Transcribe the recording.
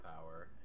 power